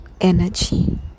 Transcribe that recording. energy